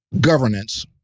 governance